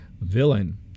villain